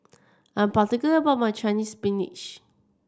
I'm particular about my Chinese Spinach